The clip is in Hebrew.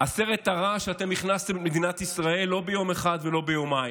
הסרט הרע שאתם הכנסתם במדינת ישראל לא ביום אחד ולא ביומיים.